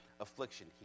affliction